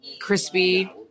crispy